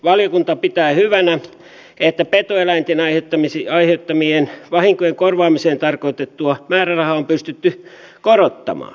valiokunta pitää hyvänä että petoeläinten aiheuttamien vahinkojen korvaamiseen tarkoitettua määrärahaa on pystytty korottamaan